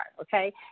okay